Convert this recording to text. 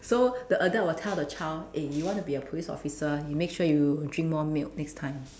so the adult will tell the child eh you want to be a police officer you make sure you drink more milk next time